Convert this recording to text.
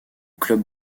club